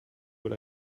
what